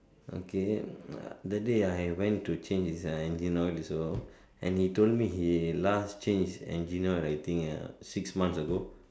okay the day I went to change design he went also and he told me he last changed engine I think like six months ago